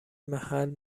محل